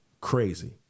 crazy